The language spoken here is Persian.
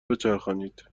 بچرخونید